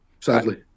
sadly